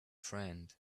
friend